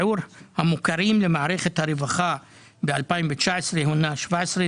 אם מישהו רוצה צפירת הרגעה שהסוגייה הזאת לא